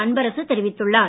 அன்பரசு தெரிவித்துள்ளார்